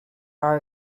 are